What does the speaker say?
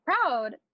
Proud